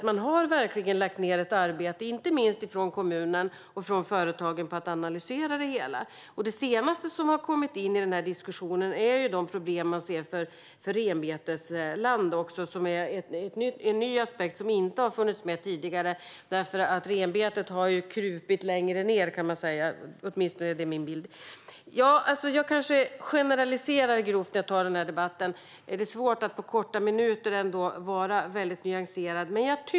Man har verkligen lagt ned ett arbete inte minst från kommunen och företagen med att analysera det hela. Det senaste som har kommit in i diskussionen är de problem man ser för renbetesland. Det är en ny aspekt som inte har funnits med tidigare. Renbetet har krupit längre ned, åtminstone är det min bild. Jag kanske generaliserar grovt när jag tar den här debatten. Det är svårt att på några korta minuter vara nyanserad.